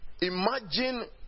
Imagine